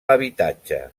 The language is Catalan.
habitatge